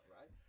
right